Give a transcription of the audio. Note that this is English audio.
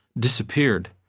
disappeared.